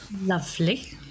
Lovely